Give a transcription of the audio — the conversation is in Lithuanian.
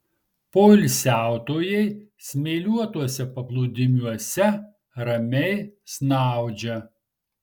poilsiautojai smėliuotuose paplūdimiuose ramiai snaudžia